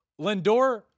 Lindor